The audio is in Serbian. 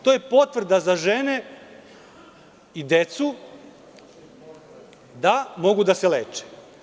To je potvrda za žene i decu da mogu da se leče.